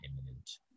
imminent